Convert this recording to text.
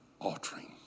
altering